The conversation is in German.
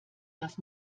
das